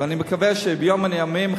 ואני מקווה שביום מן הימים,